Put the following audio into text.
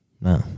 No